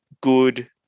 good